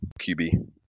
QB